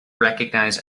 recognize